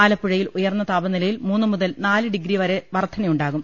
ആലപ്പുഴയിൽ ഉയർന്ന താപനിലയിൽ മൂന്നുമുതൽ നാലു ഡിഗ്രിവരെ വർധനയുണ്ടാകും